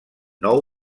nou